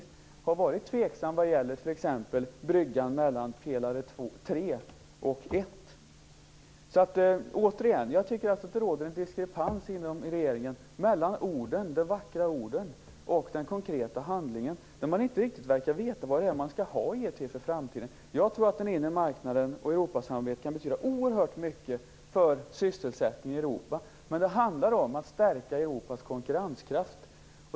Man har t.ex. varit tveksam vad gäller bryggan mellan pelare tre och ett. Återigen vill jag säga att jag tycker det råder en diskrepans inom regeringen mellan de vackra orden och den konkreta handlingen. Man verkar inte riktigt veta vad man skall ha EU till i framtiden. Jag tror att den inre marknaden och Europasamarbetet kan betyda oerhört mycket för sysselsättningen i Europa, men det handlar om att stärka Europas konkurrenskraft.